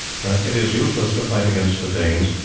that it is useless to fight against the danes.